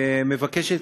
מבקש,